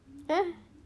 eh